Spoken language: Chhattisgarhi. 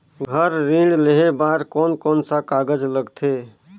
घर ऋण लेहे बार कोन कोन सा कागज लगथे?